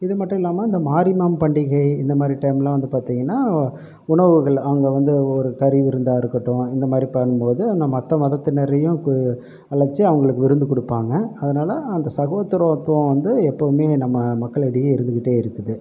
இது மட்டும் இல்லாமல் இந்த மாரியம்மா பண்டிகை இந்த மாதிரி டைம்ல்லாம் வந்து பார்த்தீங்கன்னா உணவுகள் அங்கே வந்து ஒரு கறிவிருந்தாக இருக்கட்டும் இந்த மாதிரி பண்ணும்போது மற்ற மதத்தினரையும் அழைச்சு அவர்களுக்கு விருந்து கொடுப்பாங்க அதனால் அந்த சகோதரத்துவம் வந்து எப்பவுமே நம்ம மக்களிடையே இருந்துகிட்டே இருக்குது